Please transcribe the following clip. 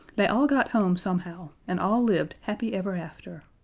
they all got home somehow, and all lived happy ever after.